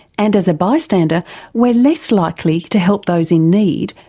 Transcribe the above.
and as a bystander we're less likely to help those in need,